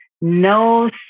no